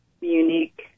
unique